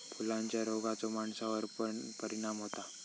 फुलांच्या रोगाचो माणसावर पण परिणाम होता